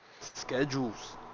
schedules